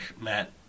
Matt